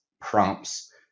prompts